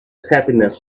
happiness